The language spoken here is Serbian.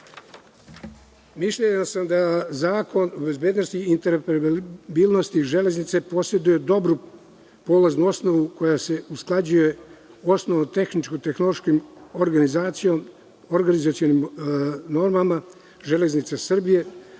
Srbije. Mišljenja sam da Zakon o bezbednosti i interoperabilnosti železnice poseduje dobru polaznu koja se usklađuje osnovnom tehničkom, tehnološkom organizacijom, organizacionim normama „Železnica Srbija“